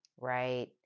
right